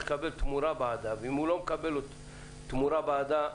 לקבל תמורה בעדה ואם הוא לא מקבל תמורה בעדה,